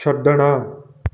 ਛੱਡਣਾ